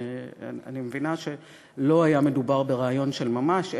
ואני מבינה שלא היה מדובר ברעיון של ממש,